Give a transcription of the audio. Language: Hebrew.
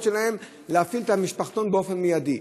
שלהן להפעיל את המשפחתון באופן מיידי.